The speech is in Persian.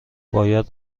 باید